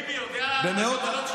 ביבי יודע על הכוונות שלך?